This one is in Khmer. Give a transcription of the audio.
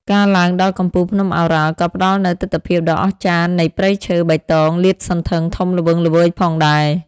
ការឡើងដល់កំពូលភ្នំឱរ៉ាល់ក៏ផ្តល់នូវទិដ្ឋភាពដ៏អស្ចារ្យនៃព្រៃឈើបៃតងលាតសន្ធឹងធំល្វឹងល្វើយផងដែរ។